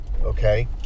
okay